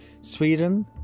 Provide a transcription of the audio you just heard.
Sweden